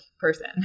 person